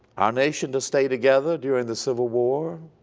our nation to stay together during the civil war,